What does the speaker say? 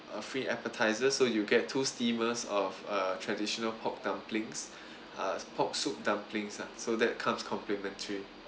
a free appetizer so you get two steamers of uh traditional pork dumplings uh pork soup dumplings lah so that comes complimentary